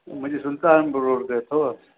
मुंहिंजी सुल्तानपुर रोड ते अथव